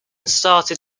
started